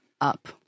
up